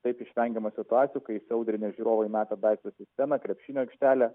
taip išvengiama situacijų kai įsiaudrinę žiūrovai meta daiktus į sceną krepšinio aikštelę